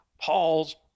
Paul's